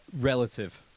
Relative